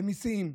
למיסים,